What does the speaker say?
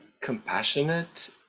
compassionate